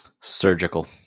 Surgical